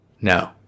No